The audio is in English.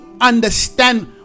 understand